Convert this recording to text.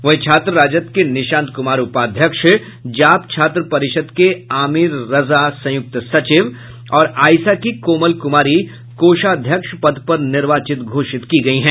वहीं छात्र राजद के निशांत कुमार उपाध्यक्ष जाप छात्र परिषद के आमिर रजा संयुक्त सचिव और आइसा की कोमल कुमारी कोषाध्यक्ष पद पर निर्वाचित घोषित की गयी हैं